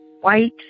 white